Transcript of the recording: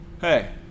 hey